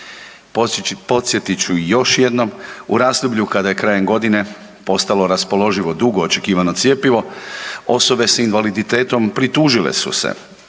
Podsjetit ću još jedno u razdoblju kada je krajem godine postalo raspoloživo dugo očekivano cjepivo, osobe s invaliditetom pritužile su se